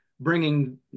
bringing